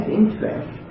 interest